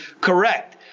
correct